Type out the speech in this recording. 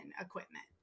equipment